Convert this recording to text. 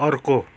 अर्को